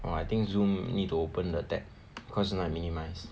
orh I think Zoom need to open the tab cause just now I minimise